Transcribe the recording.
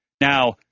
Now